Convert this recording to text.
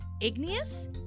Igneous